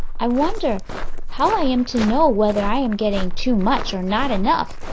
i wonder how i am to know whether i am getting too much or not enough,